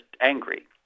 angry